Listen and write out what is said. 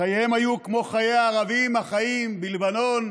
חייהם היו כמו חיי הערבים החיים בלבנון,